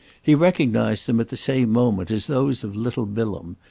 he recognised them at the same moment as those of little bilham,